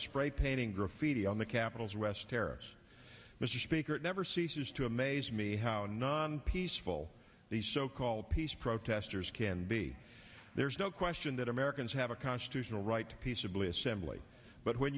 spray painting graffiti on the capitals west terrace mr speaker it never ceases to amaze me how non peaceful these so called peace protesters can be there's no question that americans have a constitutional right to peaceably assembly but when